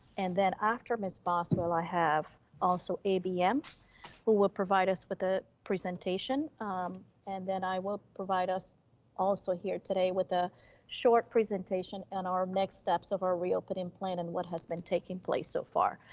and then after ms. boswell, i have also abm who will provide us with a presentation and then i will provide us also here today with a short presentation and our next steps of our reopening plan and what has been taking place so far.